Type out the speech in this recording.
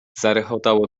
zarechotało